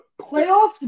playoffs